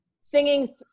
Singing